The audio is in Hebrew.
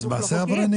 אז זה מעשה עברייני,